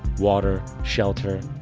water, shelter.